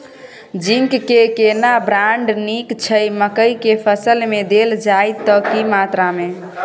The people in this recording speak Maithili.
जिंक के केना ब्राण्ड नीक छैय मकई के फसल में देल जाए त की मात्रा में?